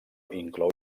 inclou